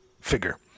figure